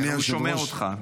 הוא שומע אותך.